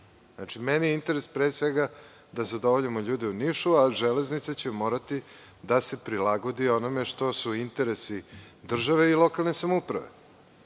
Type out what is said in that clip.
Nišu. Meni je interes, pre svega, da zadovoljimo ljude u Nišu, a železnice će morati da se prilagode onome što su interesi države i lokalne samouprave.